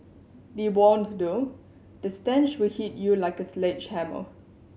be warned though the stench will hit you like a sledgehammer